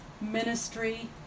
ministry